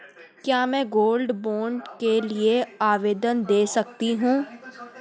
क्या मैं gold bond के लिए आवेदन दे सकती हूँ?